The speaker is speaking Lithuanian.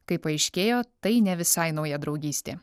kaip paaiškėjo tai ne visai nauja draugystė